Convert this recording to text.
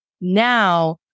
now